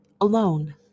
alone